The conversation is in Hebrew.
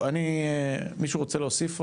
מישהו רוצה להוסיף?